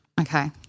Okay